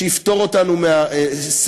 שיפטור אותנו מהסיפור,